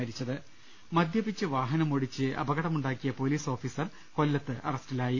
ലലലലലലലലലലലലല മദ്യപിച്ച് വാഹനമോടിച്ച് അപകടമുണ്ടാക്കിയ പോലീസ് ഓഫീസർ കൊല്ലത്ത് അറസ്റ്റിലായി